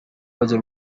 bajya